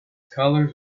colors